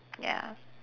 ya